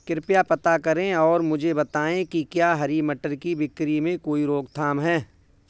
कृपया पता करें और मुझे बताएं कि क्या हरी मटर की बिक्री में कोई रोकथाम है?